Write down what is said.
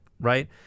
right